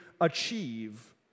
achieve